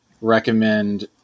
recommend